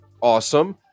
awesome